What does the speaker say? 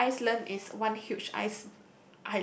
Iceland is one huge ice